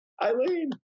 Eileen